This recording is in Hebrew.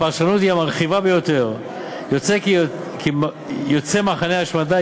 הפרשנות היא המרחיבה ביותר: יוצא מחנה השמדה,